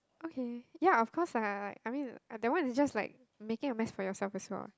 okay ya of course I like I mean that one is just like making a mess for yourself as well